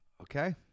Okay